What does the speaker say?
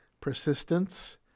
persistence